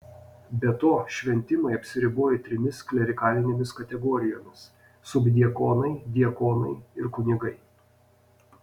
be to šventimai apsiribojo trimis klerikalinėmis kategorijomis subdiakonai diakonai ir kunigai